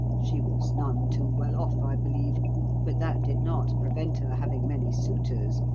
she was none too well off, i believe but that did not prevent her having many suitors,